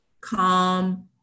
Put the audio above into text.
calm